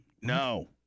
No